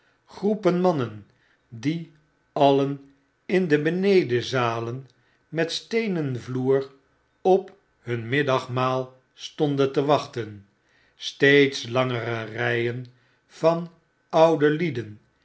groepen mannen die alien in de benedenzalen met steenen vloer op hun middagmaal stonden te wachten steeds langere rijen van oude lieden